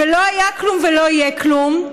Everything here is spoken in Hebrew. ולא היה כלום ולא יהיה כלום,